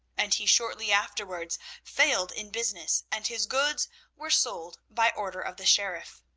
and he shortly afterwards failed in business, and his goods were sold by order of the sheriff.